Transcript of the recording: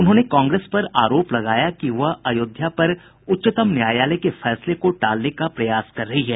उन्होंने कांग्रेस पर आरोप लगाया कि वह अयोध्या पर उच्चतम न्यायालय के फैसले को टालने का प्रयास कर रही है